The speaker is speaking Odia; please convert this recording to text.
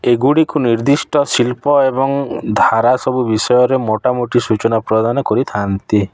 ଏଗୁଡ଼ିକୁ ନିର୍ଦ୍ଦିଷ୍ଟ ଶିଳ୍ପ ଏବଂ ଧାରା ସବୁ ବିଷୟରେ ମୋଟାମୋଟି ସୂଚନା ପ୍ରଦାନ କରିଥାନ୍ତି